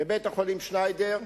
בבית-החולים "שניידר".